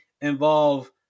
involve